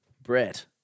Brett